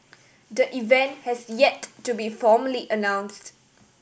the event has yet to be formally announced